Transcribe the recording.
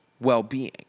well-being